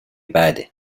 بعده